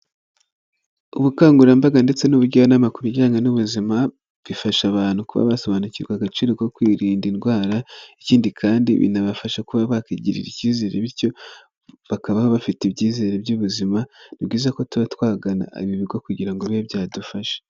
Ubukangurambaga ndetse n'ubujyanama ku bijyanye n'ubuzima, bifasha abantu kuba basobanukirwa agaciro ko kwirinda indwara, ikindi kandi binabafasha kuba bakigirira icyizere bityo bakaba bafite ibyizere by'ubuzima ni byiza ko tuba twagana ibi bigo kugira ngo bibe byadufasha.